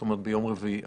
זאת אומרת, ביום רביעי הבא.